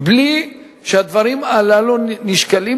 כן, אני מגדל תרנגולות.